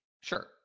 Sure